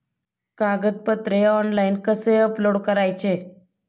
कागदपत्रे ऑनलाइन कसे अपलोड करायचे?